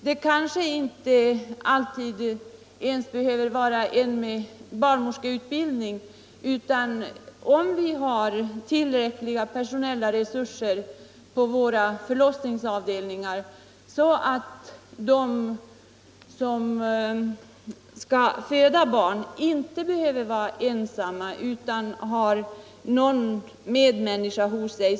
Det krävs inte alltid att personalen är barnmorskeutbildad. Det är mycket viktigt att de personella resurserna på förlossningsavdelningen är så pass tillräckliga att de som skall föda barn inte behöver vara ensamma utan har någon medmänniska hos sig.